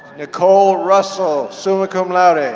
nicole russell, summa cum laude. ah